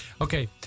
Okay